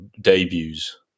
debuts